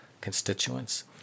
constituents